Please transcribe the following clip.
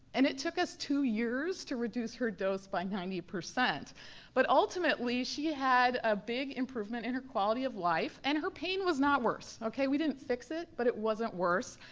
and it took us two years to reduce her dose by ninety. but ultimately she had a big improvement in her quality of life and her pain was not worse. okay, we didn't fix it, but it wasn't worse.